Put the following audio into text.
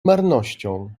marnością